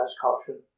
caution